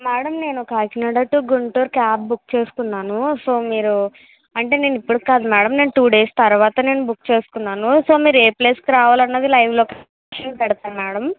madam నేను Kakinada to Guntur cab book చేసుకున్నాను so మీరు అంటే నేను ఇప్పటికి కాదు మ్యాడం నేను టు డేస్ తర్వాత నేను బుక్ చేసుకున్నాను సో మీరు ఏ ప్లేస్ కి రావాలన్నది లైవ్ లొకేషన్ పెడతాం మ్యాడం